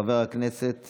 חבר הכנסת